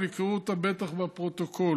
אבל יקראו אותה בטח בפרוטוקול.